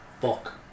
Fuck